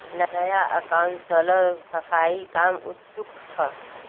नया काउंसलर सफाईर कामत उत्सुक छ